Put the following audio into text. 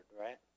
Right